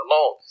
alone